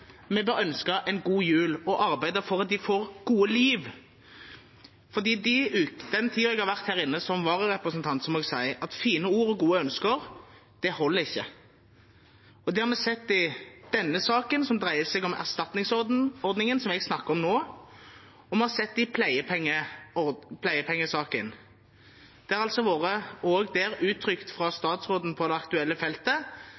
vi bør ønske en god jul og arbeide for at får gode liv. Etter den tiden jeg har vært her inne som vararepresentant, må jeg si at fine ord og gode ønsker holder ikke. Det har vi sett i denne saken, som dreier seg om erstatningsordningen jeg snakker om nå, og vi har sett det i pleiepengesaken. Det har altså også der vært uttrykt fra